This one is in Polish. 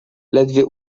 ledwie